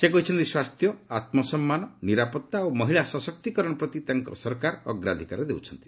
ସେ କହିଛନ୍ତି ସ୍ୱାସ୍ଥ୍ୟ ଆତ୍କ ସମ୍ମାନ ନିରାପତ୍ତା ଓ ମହିଳା ସଶକ୍ତି କରଣ ପ୍ରତି ତାଙ୍କ ସରକାର ଅଗ୍ରାଧିକାର ଦେଉଛନ୍ତି